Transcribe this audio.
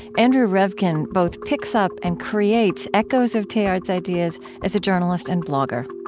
andrew revkin both picks up and creates echoes of teilhard's ideas as a journalist and blogger